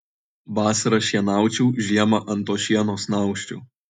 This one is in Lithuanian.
vasarą šienaučiau žiemą ant to šieno snausčiau